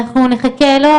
בנים.